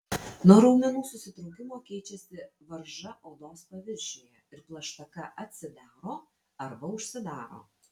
nuo raumenų susitraukimo keičiasi varža odos paviršiuje ir plaštaka atsidaro arba užsidaro